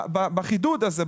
בחידוד הזה,